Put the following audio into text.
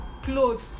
clothes